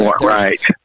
Right